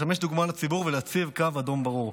לשמש דוגמה לציבור ולהציב קו אדום ברור.